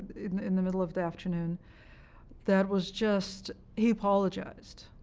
in the middle of the afternoon that was just he apologized.